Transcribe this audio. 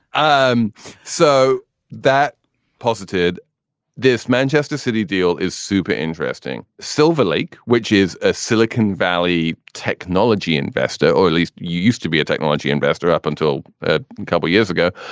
um so that posited this manchester city deal is super interesting. silverlake, which is a silicon valley technology investor or at least used to be a technology investor up until a couple of years ago,